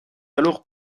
alors